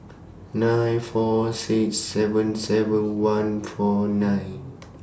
nine four six seven seven one four nine